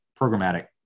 programmatic